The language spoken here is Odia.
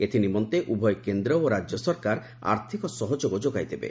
ଏଥିନିମନ୍ତେ ଉଭୟ କେନ୍ଦ୍ର ଓ ରାକ୍ୟ ସରକାର ଆର୍ଥିକ ସହଯୋଗ ଯୋଗାଇ ଦେବେ